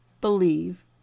believe